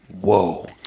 whoa